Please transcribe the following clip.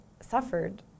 suffered